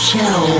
Show